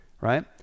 right